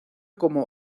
como